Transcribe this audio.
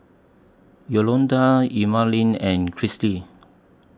Yolonda Emaline and